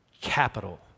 capital